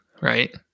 right